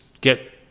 get